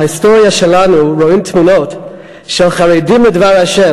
בהיסטוריה שלנו רואים תמונות של חרדים לדבר ה',